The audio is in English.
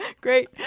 Great